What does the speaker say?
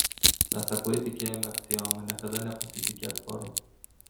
mes aklai tikėjome aksioma niekada nepasitikėk faru